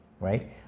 right